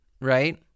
right